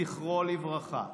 זכרו לברכה.